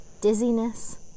dizziness